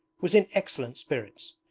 was in excellent spirits.